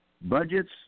Budgets